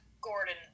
Gordon